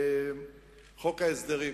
חוק ההסדרים.